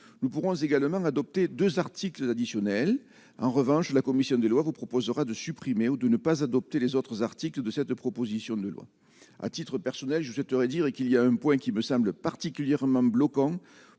nous pourrons également adopté 2 articles additionnels, en revanche, la commission des lois vous proposera de supprimer ou de ne pas adopter les autres articles de cette proposition de loi, à titre personnel, je souhaiterais dire et qu'il y a un point qui me semble particulièrement bloquant